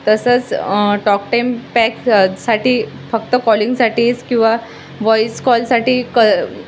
तसंच talk time pack साठी फक्त कॉलिंगसाठीच किंवा व्हॉइस कॉलसाठी क